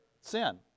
sin